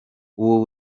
ubu